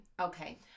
Okay